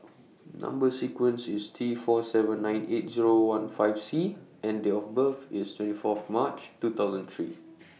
Number sequence IS T four seven nine eight Zero one five C and Date of birth IS twenty Fourth March two thousand three